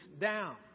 down